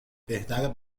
بهتره